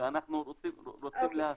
ואנחנו רוצים להפסיק.